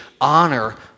honor